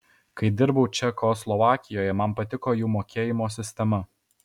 kai dirbau čekoslovakijoje man patiko jų mokėjimo sistema